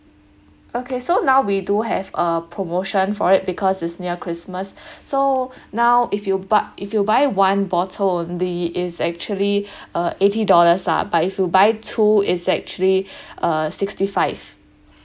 okay so now we do have a promotion for it because it's near christmas so now if you bu~ if you buy one bottle only it's actually uh eighty dollars lah but if you buy two it's actually uh sixty five